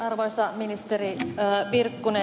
arvoisa ministeri virkkunen